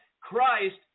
Christ